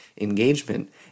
Engagement